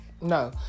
No